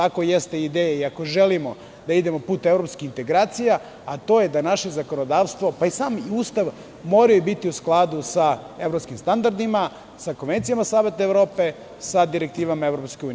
Ako jeste ideja, ako želimo da idemo putem evropskih integracija, a to je da naše zakonodavstvo, pa i sam Ustav moraju biti u skladu sa evropskim standardima, sa konvencijama Saveta Evrope, sa direktivama EU.